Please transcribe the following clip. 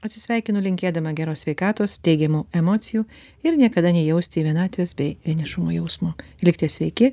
atsisveikinu linkėdama geros sveikatos teigiamų emocijų ir niekada nejausti vienatvės bei vienišumo jausmo likite sveiki